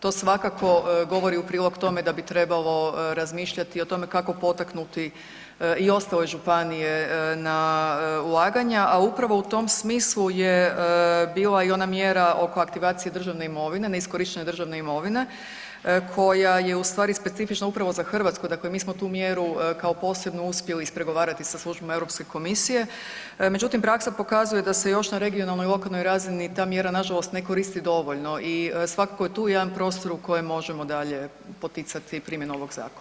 To svakako govori u prilog tome da bi trebalo razmišljati o tome kako potaknuti i ostale županije na ulaganja, a upravo u tom smislu je bila i ona mjera oko aktivacije državne imovine, neiskorištene državne imovine koja je ustvari specifična upravo za Hrvatsku, dakle mi smo tu mjeru kao posebnu uspjeli ispregovarati sa službom EU komisije, međutim, praksa pokazuje da se još na regionalnoj i lokalnoj razini ta mjera nažalost ne koristi dovoljno i svakako je tu jedan prostor u kojem možemo dalje poticati primjenu ovog zakona.